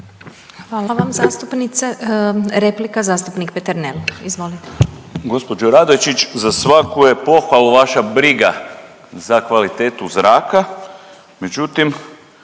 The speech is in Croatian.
Hvala vam zastupnice. Replika zastupnik Peternel, izvolite. **Peternel, Igor (DP)** Gospođo Radojčić, za svaku je pohvalu vaša briga za kvalitetu zraka